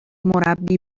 مربی